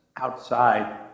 outside